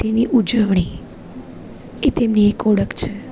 તેની ઉજવણી એ તેમની એક ઓળખ છે